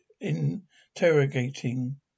interrogating